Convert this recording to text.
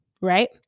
right